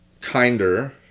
kinder